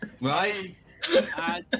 Right